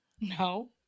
No